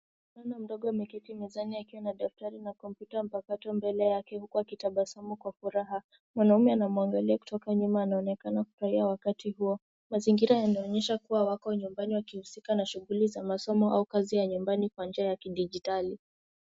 Mvulana mdogo ameketi mezani akiwa na daftari na kompyuta mpakato mbele yake huku akitabasamu kwa furaha. Mwanaume anamwangalia kutoka nyuma anaonekana kufurahia wakati huo. Mazingira yanaonyesha kuwa wako nyumbani wakihusika na shughuli za masomo au kazi za nyumbani kwa njia ya kidijitali.